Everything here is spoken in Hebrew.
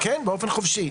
כן, באופן חופשי.